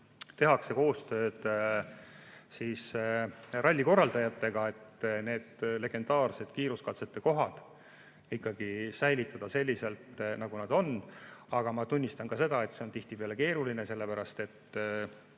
tehakse koostööd rallikorraldajatega, et need legendaarsed kiiruskatsete kohad säilitada ikkagi sellisena, nagu nad on. Aga ma tunnistan, et see on tihtipeale keeruline, sellepärast et